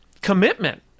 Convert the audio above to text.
commitment